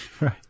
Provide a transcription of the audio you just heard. Right